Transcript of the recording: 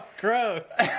Gross